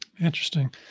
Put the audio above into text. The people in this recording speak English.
Interesting